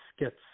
skits